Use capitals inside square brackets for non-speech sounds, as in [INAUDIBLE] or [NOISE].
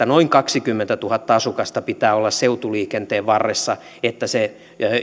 [UNINTELLIGIBLE] noin kaksikymmentätuhatta asukasta pitää olla seutuliikenteen varressa että se